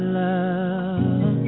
love